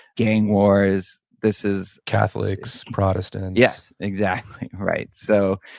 gang wars, this is catholics, protestants yes, exactly right. so,